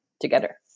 together